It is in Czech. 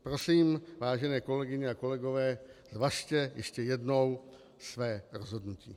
Prosím, vážené kolegyně a kolegové, zvažte ještě jednou své rozhodnutí.